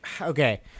Okay